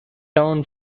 town